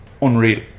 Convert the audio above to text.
Unreal